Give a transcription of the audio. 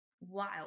wild